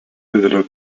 didelio